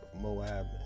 Moab